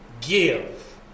Give